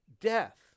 death